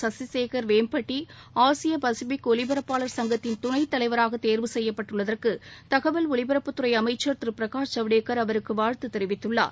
சசிசேகர் வேம்பட்டி ஆசிய பசுபிக் ஒலிபரப்பாளர் சங்கத்தின் துணைத் தலைவராக தேர்வு செய்யப்பட்டுள்ளதற்கு தகவல் ஒலிபரப்புத்துறை அமைச்சர் திரு பிரகாஷ் ஜவடேகர் அவருக்கு வாழ்த்து தெரிவித்துள்ளார்